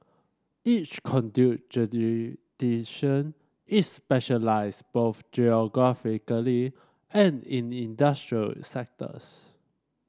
each conduit is specialised both geographically and in industrial sectors